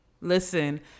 listen